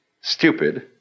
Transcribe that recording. stupid